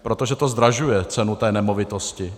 Protože to zdražuje cenu té nemovitosti.